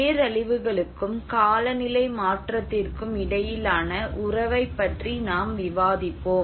பேரழிவுகளுக்கும் காலநிலை மாற்றத்திற்கும் இடையிலான உறவைப் பற்றி நாம் விவாதிப்போம்